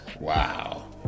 Wow